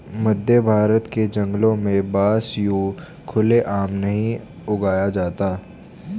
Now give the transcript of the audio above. मध्यभारत के जंगलों में बांस यूं खुले आम नहीं उगाया जाता